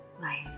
life